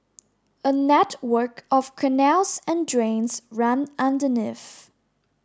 a network of canals and drains run underneath